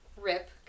Rip